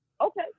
Okay